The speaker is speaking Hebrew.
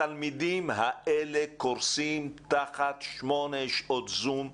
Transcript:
התלמידים האלה קורסים תחת שמונה שעות זום ביום.